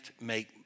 make